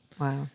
Wow